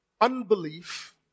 Unbelief